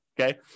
Okay